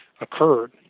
occurred